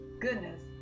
goodness